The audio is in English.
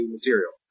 material